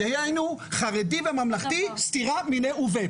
דהיינו, חרדי וממלכתי סתירה מיניה וביה.